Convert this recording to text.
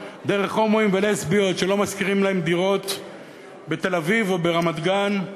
דרך הומואים ולסביות שלא משכירים להם דירות בתל-אביב או ברמת-גן.